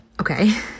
Okay